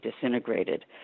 disintegrated